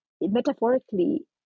metaphorically